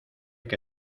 que